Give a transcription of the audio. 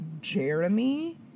Jeremy